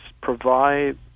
provide